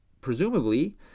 presumably